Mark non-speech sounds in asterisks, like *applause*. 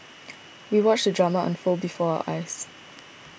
*noise* we watched the drama unfold before our eyes